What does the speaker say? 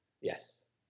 Yes